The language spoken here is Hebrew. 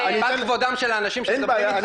מפאת כבודם של האנשים שמדברים אתך,